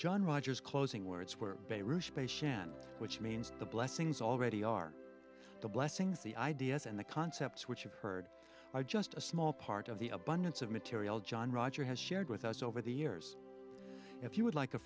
john rogers closing words where they shan't which means the blessings already are the blessings the ideas and the concepts which you've heard are just a small part of the abundance of material john roger has shared with us over the years if you would like a